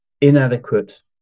inadequate